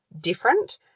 different